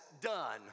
done